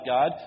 God